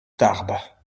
tarbes